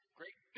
great